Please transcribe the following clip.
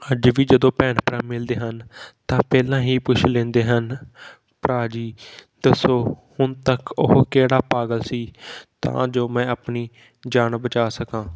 ਅੱਜ ਵੀ ਜਦੋਂ ਭੈਣ ਭਰਾ ਮਿਲਦੇ ਹਨ ਤਾਂ ਪਹਿਲਾਂ ਹੀ ਪੁੱਛ ਲੈਂਦੇ ਹਨ ਭਰਾ ਜੀ ਦੱਸੋ ਹੁਣ ਤੱਕ ਉਹ ਕਿਹੜਾ ਪਾਗਲ ਸੀ ਤਾਂ ਜੋ ਮੈਂ ਆਪਣੀ ਜਾਨ ਬਚਾ ਸਕਾਂ